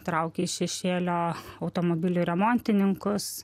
traukia iš šešėlio automobilių remontininkus